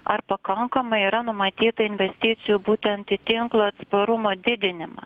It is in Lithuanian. ar pakankamai yra numatyta investicijų būtent į tinklo atsparumo didinimą